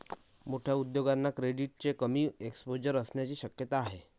मोठ्या उद्योगांना क्रेडिटचे कमी एक्सपोजर असण्याची शक्यता आहे